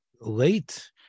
late